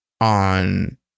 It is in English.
on